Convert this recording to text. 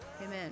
Amen